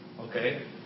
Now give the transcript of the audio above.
okay